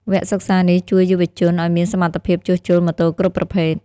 វគ្គសិក្សានេះជួយយុវជនឱ្យមានសមត្ថភាពជួសជុលម៉ូតូគ្រប់ប្រភេទ។